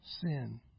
sin